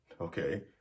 okay